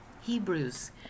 Hebrews